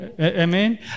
amen